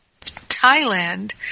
Thailand